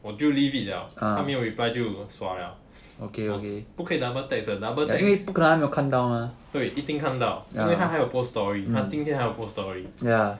我就 leave it liao 他没有 reply 就 sua liao 不可以 double text 的 double text 对一定看到他还有 post story 他今天还有 post story